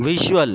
visual